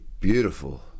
beautiful